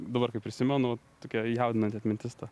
dabar kai prisimenu tokia jaudinanti atmintis ta